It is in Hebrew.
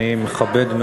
הוא יצא והוא חוזר.